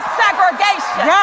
segregation